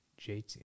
JT